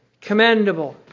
commendable